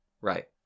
Right